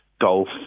Golf